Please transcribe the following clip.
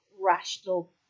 rational